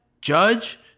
judge